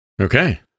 Okay